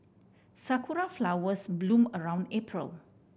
sakura flowers bloom around April